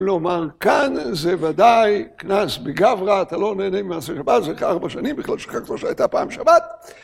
‫כלומר, כאן זה ודאי קנס בגברא, ‫אתה לא נהנה ממה שבא, ‫זה כך בשנים בכלל שלך, ‫כמו שהייתה פעם, שבת.